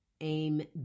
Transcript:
aim